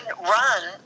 run